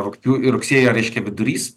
rugpjū rugsėjo reiškia vidurys